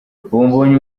mbonye